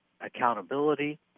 accountability